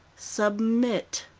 submit!